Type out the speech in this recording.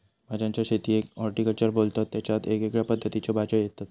भाज्यांच्या शेतीयेक हॉर्टिकल्चर बोलतत तेच्यात वेगवेगळ्या पद्धतीच्यो भाज्यो घेतत